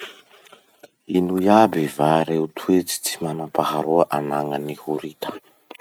Ino iaby va reo toetsy tsy manam-paharoa anagnan'ny horita?